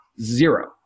Zero